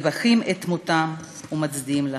מבכים את מותם ומצדיעים לכם.